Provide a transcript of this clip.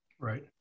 Right